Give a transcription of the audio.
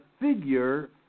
figure